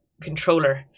controller